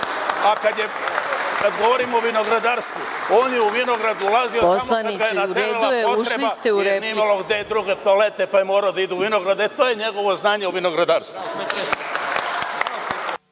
A kada govorimo o vinogradarstu, on je u vinograd ulazio samo kada ga je naterala potreba, jer nije imalo gde drugi toalet, pa je morao da ide u vinograd. E, to je njegovo znanje o vinogradarstvu.